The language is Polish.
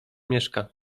mieszka